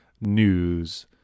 news